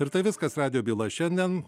ir tai viskas radijo byloje šiandien